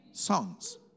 songs